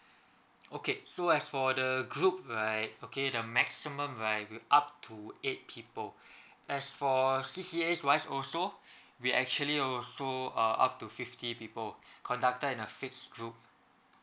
okay so as for the group right okay the maximum right will up to eight people as for C_C_A wise also we actually also uh up to fifty people conducted at a fix group